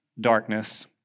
darkness